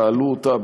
תעלו אותה,